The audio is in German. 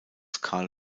carl